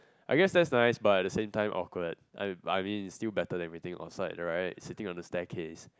I guess that's nice but the same time awkward I I mean it's still better anything outside right sitting on the staircase